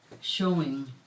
showing